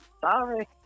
Sorry